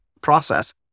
process